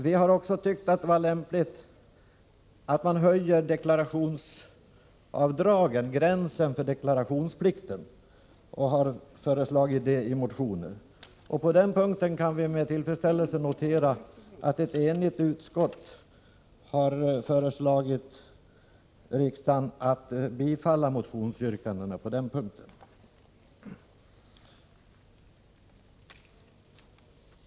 Vi har också ansett att det vore lämpligt att höja deklarationsavdragen, gränsen för deklarationsplikten, och har föreslagit det i motioner. Med tillfredsställelse har vi noterat att ett enigt utskott har föreslagit riksdagen att bifalla motionsyrkandena på den punkten.